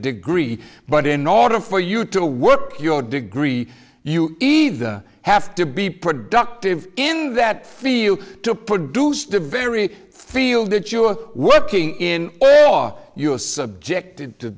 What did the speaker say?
degree but in order for you to work your degree you either have to be productive in that field to produce the very field that you're working in or you are subjected to